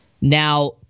Now